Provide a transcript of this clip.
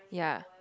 ya